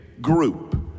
group